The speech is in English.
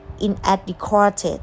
inadequate